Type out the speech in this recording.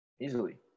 Easily